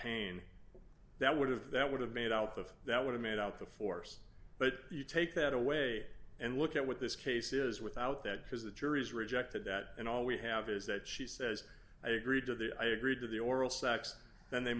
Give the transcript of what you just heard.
pain that would have that would have made out of that would have made out the force but you take that away and look at what this case is without that because the jury has rejected that and all we have is that she says i agreed to the i agreed to the oral sex and they